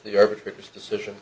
the arbitrator's decision